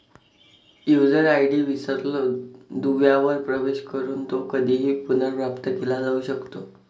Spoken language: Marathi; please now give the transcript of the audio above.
यूजर आय.डी विसरलो दुव्यावर प्रवेश करून तो कधीही पुनर्प्राप्त केला जाऊ शकतो